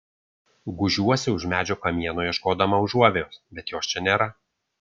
gūžiuosi už medžio kamieno ieškodama užuovėjos bet jos čia nėra